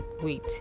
Wait